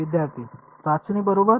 विद्यार्थी चाचणी बरोबर